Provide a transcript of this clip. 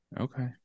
Okay